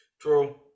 True